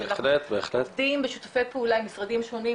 אנחנו עובדים בשיתופי פעולה עם משרדים שונים.